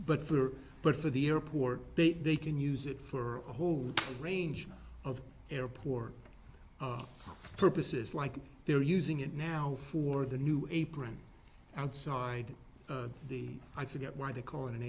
but for but for the airport they they can use it for a whole range of airport purposes like they're using it now for the new apron outside the i forget why they call it an